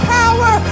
power